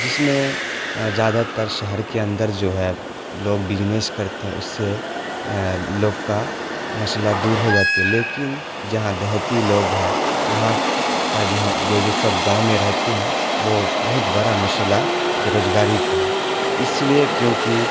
جس میں زیادہ تر شہر کے اندر جو ہے لوگ بجنس کرتے ہیں اس سے لوگ کا مسئلہ دور ہو جاتی ہے لیکن جہاں دیہاتی لوگ ہیں وہاں کا جو جو جو سب گاؤں میں رہتے ہیں وہ بہت بڑا مسئلہ بے روزگاری کا ہے اس لیے کیونکہ